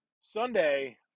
Sunday